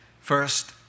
first